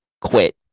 quit